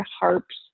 harps